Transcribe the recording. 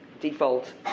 default